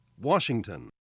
Washington